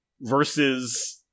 versus